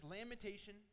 lamentation